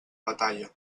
batalla